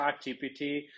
ChatGPT